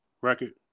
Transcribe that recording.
record